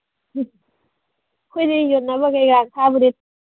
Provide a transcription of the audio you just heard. ꯑꯩꯈꯣꯏꯗꯤ ꯌꯣꯟꯅꯕ ꯀꯌꯥ ꯊꯥꯕꯨꯗꯤ